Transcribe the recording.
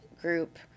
group